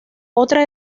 otra